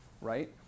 right